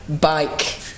bike